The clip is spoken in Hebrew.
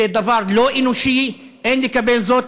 זה דבר לא אנושי, ואין לקבל זאת.